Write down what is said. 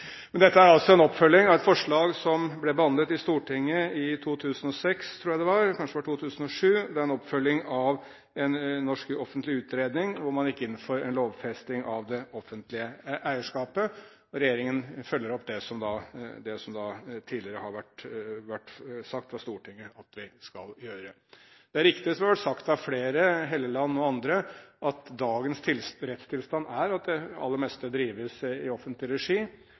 Men dette er en oppfølging av et forslag som ble behandlet i Stortinget i 2006 – kanskje det var i 2007. Det er en oppfølging av en norsk offentlig utredning, der man gikk inn for en lovfesting av det offentlige eierskapet. Regjeringen følger opp det som Stortinget tidligere har sagt fra om at vi skal gjøre. Det er riktig som det er sagt av flere – Helleland og andre – at dagens rettstilstand er at det aller meste drives i offentlig regi.